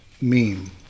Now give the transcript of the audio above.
meme